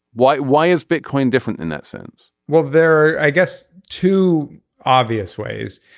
why why is bitcoin different in that sense well they're i guess two obvious ways.